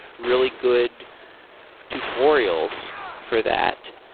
really good tutorials for that.